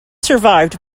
survived